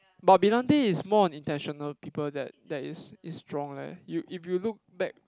but brillante is more on intentional people that that is is strong leh you if if you look back